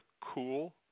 cool